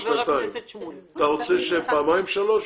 חבר הכנסת שמולי, אתה רוצה פעמיים שלוש?